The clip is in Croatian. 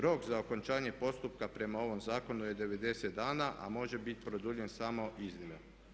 Rok za okončanje postupka prema ovom zakonu je 90 dana, a može biti produljen samo iznimno.